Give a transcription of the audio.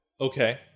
Okay